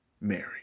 Mary